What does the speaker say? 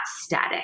static